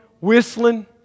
whistling